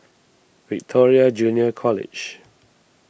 Victoria Junior College